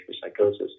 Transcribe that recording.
psychosis